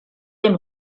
dem